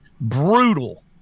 brutal